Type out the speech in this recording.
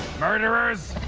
murderers!